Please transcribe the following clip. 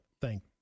thank